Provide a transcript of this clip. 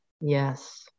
Yes